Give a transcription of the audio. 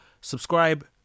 subscribe